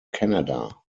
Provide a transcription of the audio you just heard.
canada